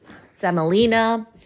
semolina